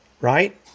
right